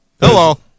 Hello